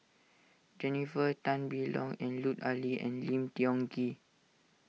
Jennifer Tan Bee Leng Lut Ali and Lim Tiong Ghee